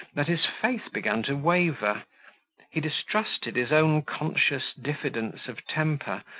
that his faith began to waver he distrusted his own conscious diffidence of temper,